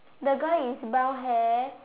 the girl is brown hair